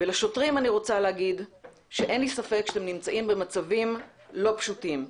לשוטרים אני רוצה לומר שאין לי ספק שאתם נמצאים במצבים לא פשוטים,